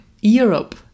Europe